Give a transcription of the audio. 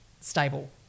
stable